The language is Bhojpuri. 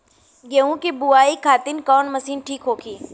गेहूँ के बुआई खातिन कवन मशीन ठीक होखि?